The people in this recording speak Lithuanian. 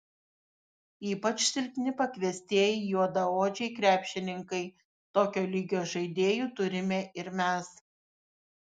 ypač silpni pakviestieji juodaodžiai krepšininkai tokio lygio žaidėjų turime ir mes